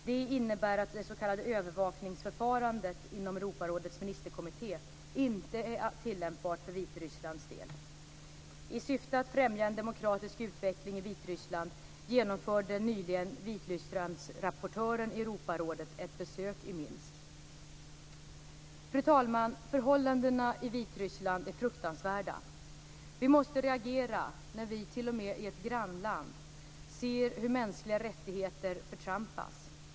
Detta medför att det s.k. övervakningsförfarandet inom Europarådets ministerkommitté inte är tillämpbart för Vitrysslands del. I syfte att främja en demokratisk utveckling i Vitryssland genomförde nyligen Fru talman! Förhållandena i Vitryssland är fruktansvärda. Vi måste reagera när vi t.o.m. i ett grannland ser hur mänskliga rättigheter förtrampas.